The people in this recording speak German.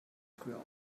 früher